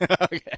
Okay